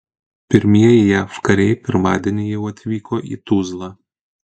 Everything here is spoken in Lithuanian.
pirmieji jav kariai pirmadienį jau atvyko į tuzlą